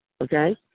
Okay